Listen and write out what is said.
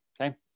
Okay